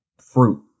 fruit